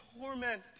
torment